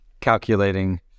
calculating